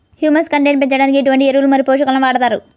Humus content పెంచడానికి ఎటువంటి ఎరువులు మరియు పోషకాలను వాడతారు?